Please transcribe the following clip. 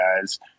guys